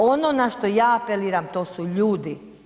Ono na što ja apeliram to su ljudi.